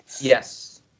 Yes